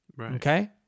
Okay